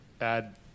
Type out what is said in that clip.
Add